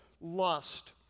lust